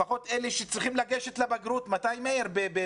לפחות לאלה שצריכים לגשת לבגרות בינואר.